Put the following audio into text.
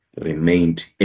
remained